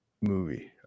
Movie